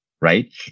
right